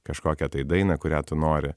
kažkokią tai dainą kurią tu nori